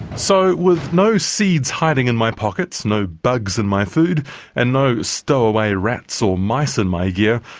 so, with no seeds hiding in my pockets, no bugs in my food and no stowaway rats or mice in my gear,